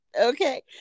Okay